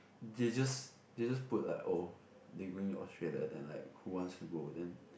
they just they just put like oh they going Australia then like who wants to go then